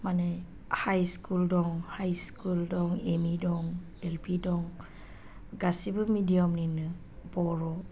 माने high school दं high school दं एम इ दं एल पि दं गासैबो मिडियामनिनो बर'